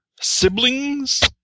siblings